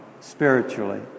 spiritually